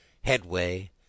headway